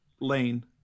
Lane